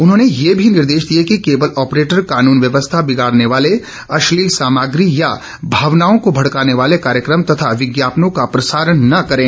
उन्होंने ये भी निर्देश दिए कि केबल ऑपरेटर कानून व्यवस्था बिगाड़ने वाले अश्लील सामग्री या भावनाओं को भड़काने वाले कार्यक्रम तथा विज्ञापनों का प्रसारण न करें